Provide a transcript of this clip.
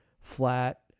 flat